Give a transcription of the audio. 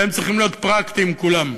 והם צריכים להיות פרקטיים כולם,